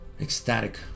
ecstatic